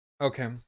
Okay